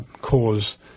cause